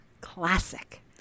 Classic